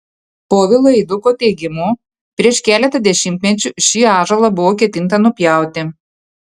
povilo eiduko teigimu prieš keletą dešimtmečių šį ąžuolą buvo ketinta nupjauti